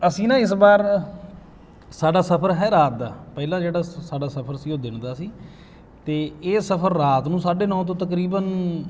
ਅਸੀਂ ਨਾ ਇਸ ਵਾਰ ਸਾਡਾ ਸਫਰ ਹੈ ਰਾਤ ਦਾ ਪਹਿਲਾਂ ਜਿਹੜਾ ਸਾਡਾ ਸਫਰ ਸੀ ਉਹ ਦਿਨ ਦਾ ਸੀ ਅਤੇ ਇਹ ਸਫਰ ਰਾਤ ਨੂੰ ਸਾਢੇ ਨੌ ਤੋਂ ਤਕਰੀਬਨ